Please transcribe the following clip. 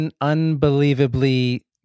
unbelievably